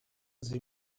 sie